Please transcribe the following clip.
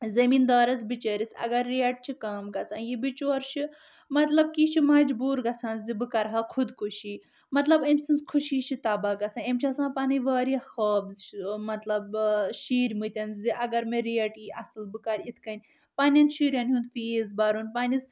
زٔمین دارس بِچٲرِس اگر ریٹ چھِ کم گژھان یہِ بِچوٗر چھُ مطلب کہِ یہِ چھُ مجبوٗر گژھان زِ بہٕ کرٕہا خودکُشی مطلب أمۍ سٕنٛز خوشی چھِ تباہ گژھان أمۍ چھ آسان پنٕنۍ واریاہ خواب مطلب شیرمٕتۍ مطلب اگر مےٚ ریٹ یی اصٕل بہٕ کرٕ اتھ کٔنۍ پننٮ۪ن شُرٮ۪ن ہنُد فیٖس برُن پننِس